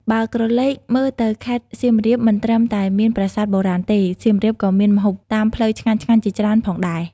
បើក្រឡេកមើលទៅខេត្តសៀមរាប មិនត្រឹមតែមានប្រាសាទបុរាណទេ សៀមរាបក៏មានម្ហូបតាមផ្លូវឆ្ងាញ់ៗជាច្រើនផងដែរ ។